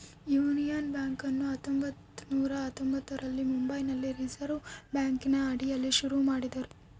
union ಬ್ಯಾಂಕನ್ನು ಹತ್ತೊಂಭತ್ತು ನೂರ ಹತ್ತೊಂಭತ್ತರಲ್ಲಿ ಮುಂಬೈನಲ್ಲಿ ರಿಸೆರ್ವೆ ಬ್ಯಾಂಕಿನ ಅಡಿಯಲ್ಲಿ ಶುರು ಮಾಡಿದರು